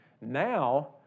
Now